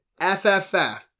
FFF